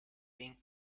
ping